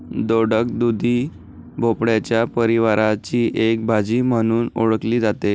दोडक, दुधी भोपळ्याच्या परिवाराची एक भाजी म्हणून ओळखली जाते